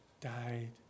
died